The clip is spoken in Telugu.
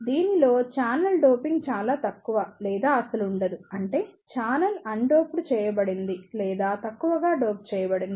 దీనిలో ఛానెల్ డోపింగ్ చాలా తక్కువ లేదా అసలువుండదు అంటే ఛానెల్ ఆన్ డోప్డ్ చేయబడింది లేదా తక్కువగా డోప్ చేయబడింది